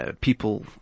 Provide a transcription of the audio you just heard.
People